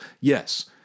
yes